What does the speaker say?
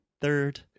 third